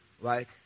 right